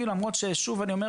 מאצ'ינג.